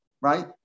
right